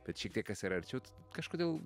bet šiek tiek kas yra arčiau tai kažkodėl